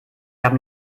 haben